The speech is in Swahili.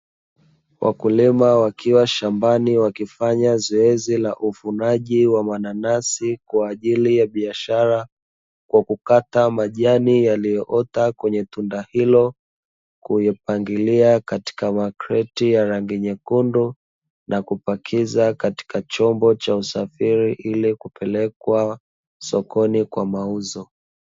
Wakulima wakiwa shambani wakifanya zoezi la uvunaji wa mananasi kwa ajili ya bishara, kwa kukata majani yaliyoota kwenye tunda hilo, kuyapangilia katika makreti ya rangi nyekundu na kupakiza katika chombo cha usafiri ili kupelekwa sokoni kwa mauzo.